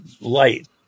light